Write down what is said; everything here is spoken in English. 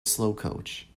slowcoach